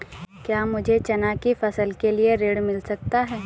क्या मुझे चना की फसल के लिए ऋण मिल सकता है?